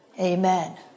amen